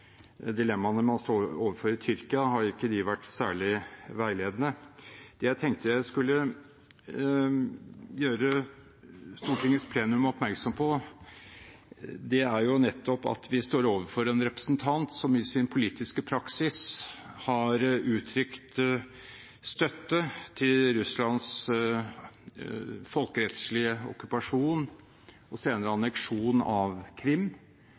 dilemmaene man står overfor i Tyrkia, har ikke det vært særlig veiledende. Det jeg tenkte jeg skulle gjøre Stortingets plenum oppmerksom på, er at vi står overfor en representant som i sin politiske praksis har uttrykt støtte til Russlands folkerettslige okkupasjon og senere anneksjon av Krim